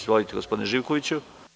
Izvolite gospodine Živkoviću.